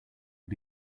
but